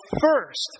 first